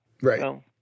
Right